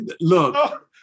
look